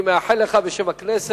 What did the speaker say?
אני מאחל לך, בשם הכנסת,